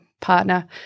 partner